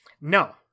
No